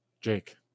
jake